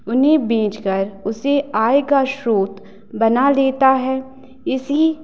उन्हें बेच कर उसे आय का स्त्रोत बना लेता है इसी